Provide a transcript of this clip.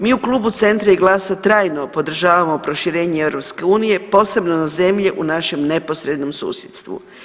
Mi u Klubu Centra i GLAS-a trajno podržavamo proširenje EU posebno na zemlje u našem neposrednom susjedstvu.